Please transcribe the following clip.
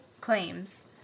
claims